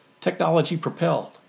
Technology-propelled